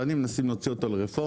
שנים מנסים להוציא אותו לרפורמה,